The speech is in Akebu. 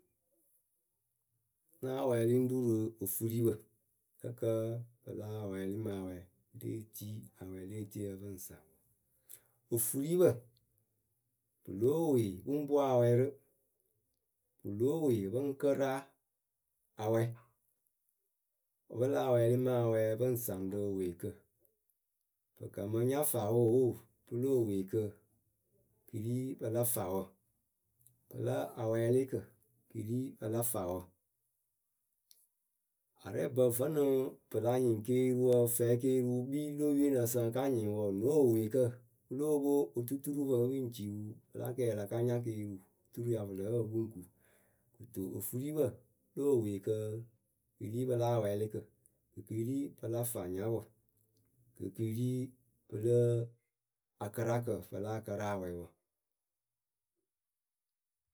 Náa wɛɛlɩ ŋ́ ru rɨ efuiripǝ Lǝ kǝ́ pɨ láa wɛɛlɩ ma wɛ pɨ ŋ tii awɛ le etieyǝ pɨ ŋ saŋ wǝ Pɨ lée wee pɨ ŋ pwo awɛ rɨ, pɨ lée wee pɨ ŋ kɨra awɛ Wǝ́ pɨ láa wɛɛlɩ ma wɛ pɨ ŋ saŋ rɨ eweekǝ pɨ ka mɨ nya faawǝ oo pɨle eweekǝ kɨ ri pɨla faawǝ. Pǝla awɛɛlɩkǝ kɨ ri pɨla faawǝ Arɛɛbǝ vǝ́nɨ pɨ la nyɩŋ keeriwǝ, fɛɛ keeriwʊ kpii le yɨwe ŋ nq sǝŋ ka nyɩŋ wǝǝ ne eweekǝ Kɨ lóo pwo otuturupǝ pɨ ŋ ci wǝ pɨla kɛɛ la ka nya keeriu turu pɨ ya pɨ lǝ́ǝ pǝ pɨ ŋ ku Kɨto ofuripǝ le eweekǝ kɨri pɨla awɛɛlɩkǝ, ŋkɨ kɨ ri pɨla faanyawǝ ŋkɨ kɨ ri pɨlǝ. akɨrakǝ pɨ láa kɨra awɛ wǝ.